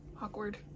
awkward